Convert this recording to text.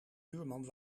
buurman